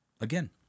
Again